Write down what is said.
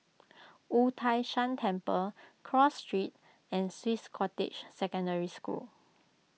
Wu Tai Shan Temple Cross Street and Swiss Cottage Secondary School